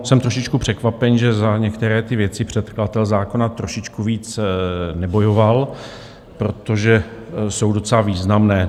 Jsem trošičku překvapen, že za některé ty věci předkladatel zákona trošičku víc nebojoval, protože jsou docela významné.